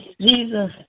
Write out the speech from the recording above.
Jesus